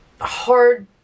hard